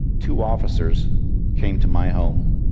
two officers came to my home